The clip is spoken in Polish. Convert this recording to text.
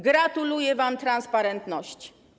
Gratuluję wam transparentności.